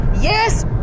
Yes